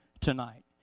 tonight